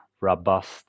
robust